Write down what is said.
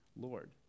Lord